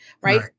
right